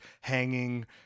hanging